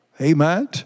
Amen